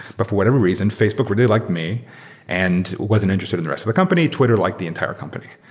but for whatever reason, facebook really liked me and wasn't interested in the rest of the company. twitter liked the entire company.